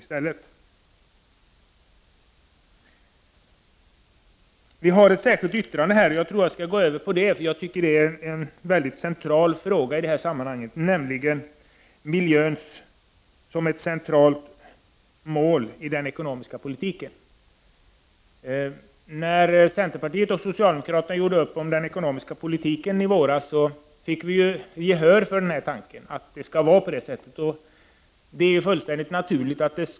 Centerpartiet har också avgivit ett särskilt yttrande, som tar upp en central fråga i detta sammanhang, nämligen miljön som ett centralt mål i den ekonomiska politiken. När centerpartiet och socialdemokraterna gjorde upp om den ekonomiska politiken i våras fick vi gehör för den tanken. Det är fullständigt naturligt.